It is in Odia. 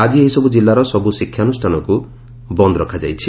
ଆଜି ଏହିସବୁ ଜିଲ୍ଲାର ସବୁ ଶିକ୍ଷାନୁଷ୍ଠାନକୁ ବନ୍ଦ ରଖାଯାଇଛି